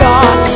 God